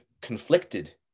conflicted